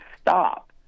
stop